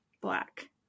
black